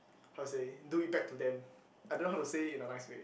how to say do it back to them I don't know how to say it in a nice way